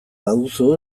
baduzu